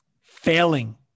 failing